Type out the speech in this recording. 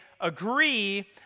agree